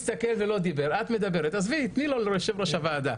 תני לו, ליושב-ראש הוועדה.